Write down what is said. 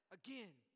again